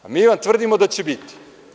A, mi vam tvrdimo da će biti.